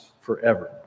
forever